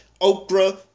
okra